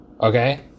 okay